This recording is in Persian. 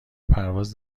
پرواز